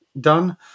done